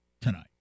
tonight